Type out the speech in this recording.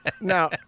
Now